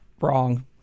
Wrong